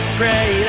pray